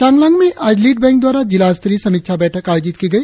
चांगलांग में आज lead bank द्वारा जिलास्तरीय समीक्षा बैठक आयोजित की गई